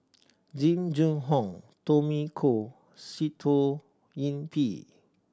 Jing Jun Hong Tommy Koh Sitoh Yih Pin